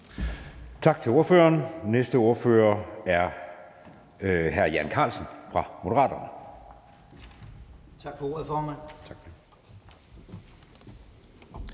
Tak til ordføreren. Næste ordfører er hr. Jan Carlsen fra Moderaterne. Kl. 18:34 (Ordfører)